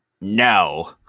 No